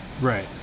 Right